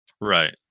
Right